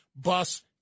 bus